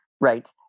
right